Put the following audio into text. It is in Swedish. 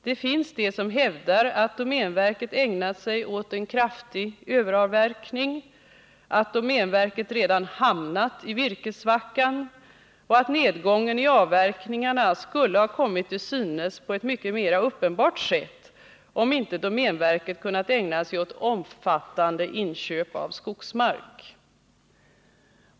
Det finns de som hävdar att domänverket ägnar sig åt en kraftig överavverkning, att domänverket redan hamnat i virkessvackan och att nedgången i avverkningarna skulle ha kommit till synes på ett mycket mer uppenbart sätt om inte domänverket kunnat ägna sig åt omfattande inköp av skogsmark.